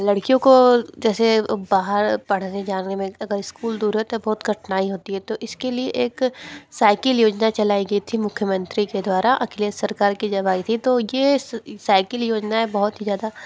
लड़कियों को जैसे बहार पढ़ने जाने में अगर इस्कूल दूर है तो बहुत कठिनाई होती है तो इसके लिए एक साइकिल योजना चलाई गई थी मुख्यमंत्री के द्वारा अखिलेश सरकार की जब आई थी तो ये साइकिल योजनाएँ बहुत ही ज़्यादा